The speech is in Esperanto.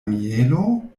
mielo